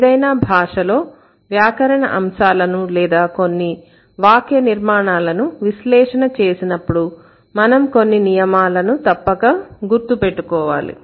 ఏదైనా భాషలో వ్యాకరణ అంశాలను లేదా కొన్ని వాక్య నిర్మాణాలను విశ్లేషణ చేసినప్పుడు మనం కొన్ని నియమాలను తప్పక గుర్తు పెట్టుకోవాలి